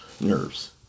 nerves